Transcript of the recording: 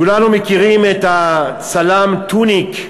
כולנו מכירים את הצלם טוניק,